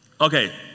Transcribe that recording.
Okay